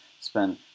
spend